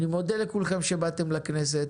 אני מודה לכולכם שבאתם לכנסת.